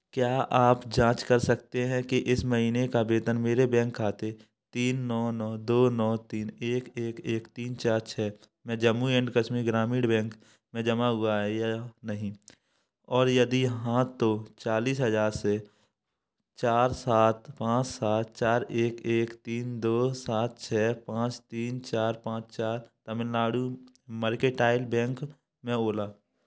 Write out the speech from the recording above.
क्या आप जाँच कर सकते हैं कि इस महीने का वेतन मेरे बैंक खाते तीन नौ नौ दो नौ तीन एक एक एक तीन चार छ में जम्मू एंड कश्मीर ग्रामीण बैंक में जमा हुआ है या नहीं और यदि हाँ तो चालिस हज़ार से चार सात पाँच सात चार एक एक तीन दो सात छ पाँच चार पाँच चार तमिलनाडु मर्केंटाइल बैंक में ओला मनी के माध्यम से ट्रांसफ़र कर दें